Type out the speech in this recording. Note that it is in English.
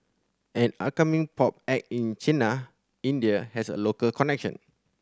an upcoming pop act in Chennai India has a local connection